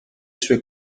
sue